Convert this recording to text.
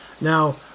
Now